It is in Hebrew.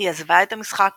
היא עזבה את המשחק